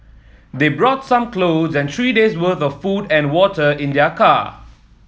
they brought some clothes and three days' worth of food and water in their car